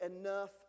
enough